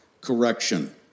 correction